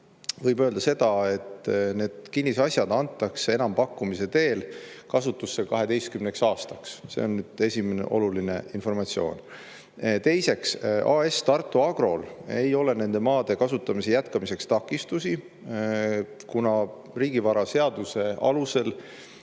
Võib öelda seda, et need kinnisasjad antakse enampakkumise teel kasutusse 12 aastaks. See on esimene oluline informatsioon. Teiseks, AS Tartu Agrol ei ole nende maade kasutamise jätkamiseks takistusi, kuna riigivaraseaduse alusel